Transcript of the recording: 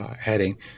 heading